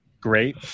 Great